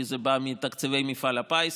כי זה בא מתקציבי מפעל הפיס,